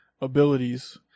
abilities